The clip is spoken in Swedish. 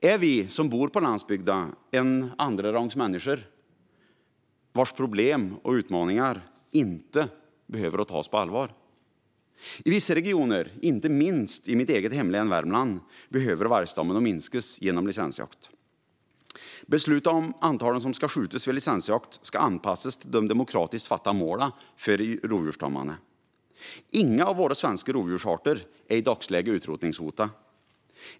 Är vi som bor på landsbygden andra rangens människor, vars problem och utmaningar inte behöver tas på allvar? I vissa regioner, inte minst i mitt eget hemlän Värmland, behöver vargstammen minskas genom licensjakt. Besluten om antalet som ska skjutas vid licensjakt ska anpassas till de demokratiskt beslutade målen för rovdjursstammarna. Inga av våra svenska rovdjursarter är i dagsläget utrotningshotade.